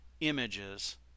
images